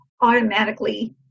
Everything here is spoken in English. automatically